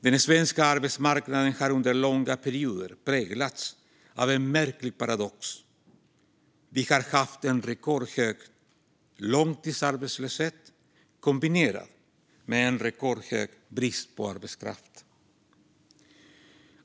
Den svenska arbetsmarknaden har under långa perioder präglats av en märklig paradox: Vi har haft en rekordhög långtidsarbetslöshet kombinerat med en rekordhög brist på arbetskraft.